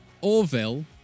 Orville